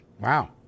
Wow